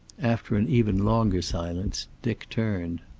after an even longer silence dick turned.